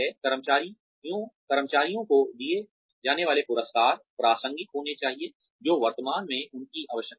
कर्मचारियों को दिए जाने वाले पुरस्कार प्रासंगिक होने चाहिए जो वर्तमान में उनकी आवश्यकता है